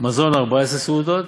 מזון ארבע סעודות,